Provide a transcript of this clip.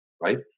right